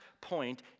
point